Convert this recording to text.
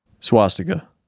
Swastika